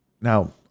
Now